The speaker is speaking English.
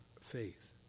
faith